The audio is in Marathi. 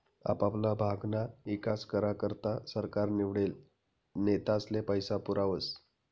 आपापला भागना ईकास करा करता सरकार निवडेल नेतास्ले पैसा पुरावस